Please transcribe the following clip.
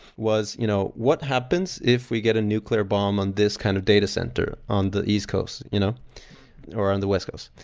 was you know what happens if we get a nuclear bomb on this kind of data center, on the east coast, you know or on the west coast?